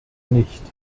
nicht